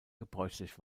gebräuchlich